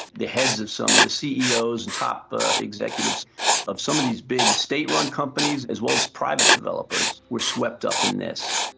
the heads of some, the ceos and top executives of some of these big state-run companies as well as private developers were swept up in this.